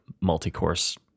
multi-course